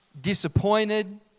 disappointed